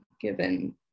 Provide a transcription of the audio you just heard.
given